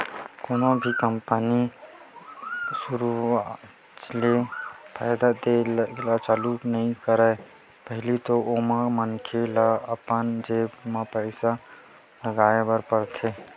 कोनो भी कंपनी ह सुरुवातेच म फायदा देय के चालू नइ करय पहिली तो ओमा मनखे ल अपन जेब ले पइसा लगाय बर परथे